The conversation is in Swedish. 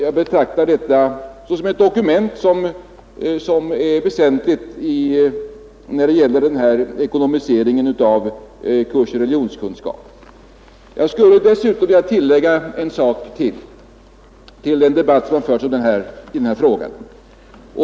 Jag betraktar detta som ett väsentligt dokument när det gäller ekonomisering av kursen i religionskunskap. Jag skulle dessutom vilja foga en sak till den debatt som förts i denna fråga.